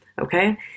okay